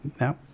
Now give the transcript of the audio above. no